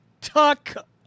tuck